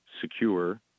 secure